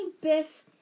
Biff